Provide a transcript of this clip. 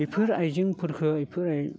बिफोर आइजेंफोरखो